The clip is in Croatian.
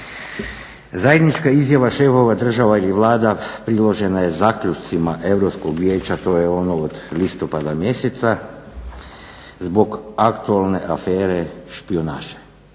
Zajednička izjava šefova država ili Vlada priložena je zaključcima Europskog vijeća, to je ono od listopada mjeseca zbog aktualne afere špijunaže,